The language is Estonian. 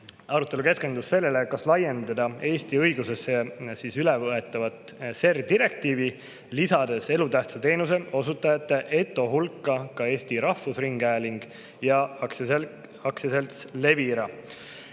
arutelu keskendus sellele, kas laiendada Eesti õigusesse ülevõetavat CER-direktiivi, lisades elutähtsa teenuse osutajate ehk ETO-de hulka ka Eesti Rahvusringhääling ja AS Levira.